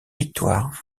victoires